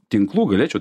tinklų galėčiau